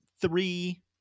three